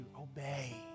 obey